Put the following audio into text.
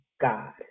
God